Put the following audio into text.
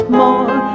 more